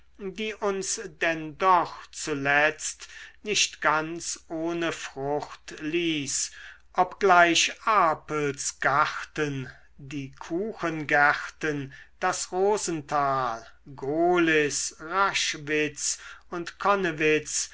die uns denn doch zuletzt nicht ganz ohne frucht ließ obgleich apels garten die kuchengärten das rosental gohlis raschwitz und connewitz